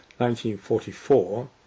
1944